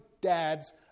dads